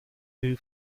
two